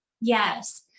Yes